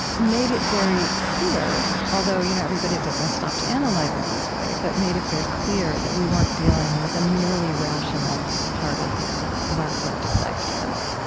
made it very clear although you know everybody doesn't stop to analyze it this way but made it very clear that we weren't dealing with a merely rational part of of our collective life together,